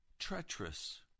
treacherous